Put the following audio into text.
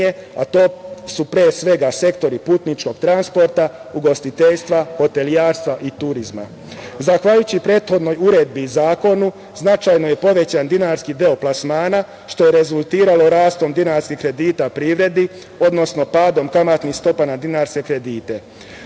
a to su pre svega sektori putničkog transporta, ugostiteljstva, hotelijerstva i turizma. Zahvaljujući prethodnoj uredbi i zakonu značajno je povećan dinarski deo plasmana, što je rezultiralo rastom dinarskih kredita privredi, odnosno padom kamatnih stopa na dinarske kredite. Rast